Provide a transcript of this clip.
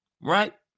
right